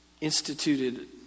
instituted